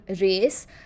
race